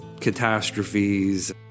catastrophes